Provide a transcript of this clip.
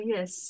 Yes